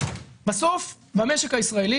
בסוף במשק הישראלי,